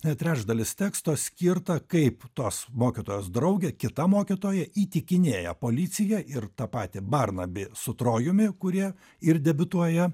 net trečdalis teksto skirta kaip tos mokytojos draugė kita mokytoja įtikinėja policiją ir tą patį barnabį su trojumi kurie ir debiutuoja